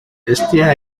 eztia